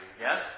Yes